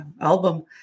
album